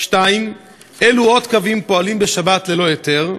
2. אילו עוד קווים פועלים בשבת ללא היתר?